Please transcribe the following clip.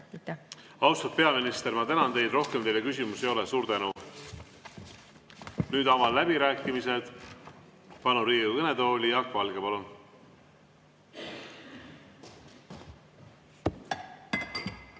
Austatud peaminister, ma tänan teid. Rohkem teile küsimusi ei ole. Suur tänu! Nüüd avan läbirääkimised ja palun Riigikogu kõnetooli Jaak Valge. Palun!